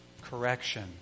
correction